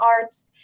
arts